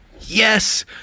Yes